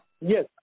Yes